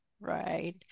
Right